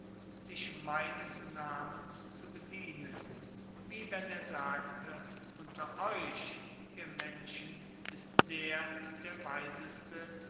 sich meines namens zu bedienen wie wenn er sagte unter euch ihr menschen ist der der weiseste